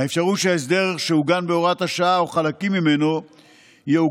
האפשרות שההסדר שעוגן בהוראת השעה או חלקים ממנו יעוגנו